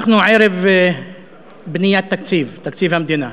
אנחנו ערב בניית תקציב, תקציב המדינה.